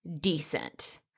decent